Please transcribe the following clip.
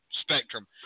spectrum